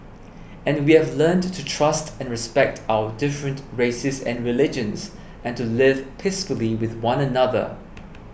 and we have learnt to trust and respect our different races and religions and to live peacefully with one another